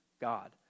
God